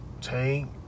Tank